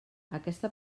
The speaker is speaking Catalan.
aquesta